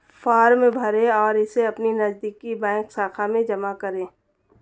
form भरें और इसे अपनी नजदीकी बैंक शाखा में जमा करें